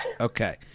Okay